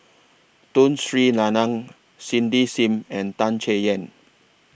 Tun Sri Lanang Cindy SIM and Tan Chay Yan